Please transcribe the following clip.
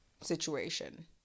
situation